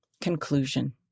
Conclusion